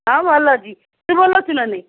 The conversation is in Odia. ହଁ ଭଲ ଅଛି ତୁ ଭଲ ଅଛୁ ନା ନାଇଁ